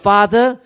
Father